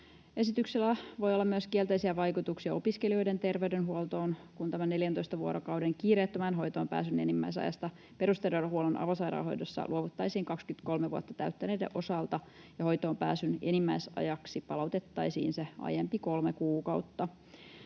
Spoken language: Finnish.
Esityksellä voi olla kielteisiä vaikutuksia myös opiskelijoiden terveydenhuoltoon, kun 14 vuorokauden kiireettömään hoitoon pääsyn enimmäisajasta perusterveydenhuollon avosairaanhoidossa luovuttaisiin 23 vuotta täyttäneiden osalta ja hoitoonpääsyn enimmäisajaksi palautettaisiin se aiempi kolme kuukautta.